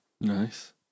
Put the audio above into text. Nice